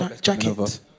jacket